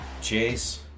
Chase